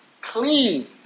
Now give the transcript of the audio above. clean